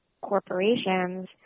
corporations